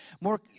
more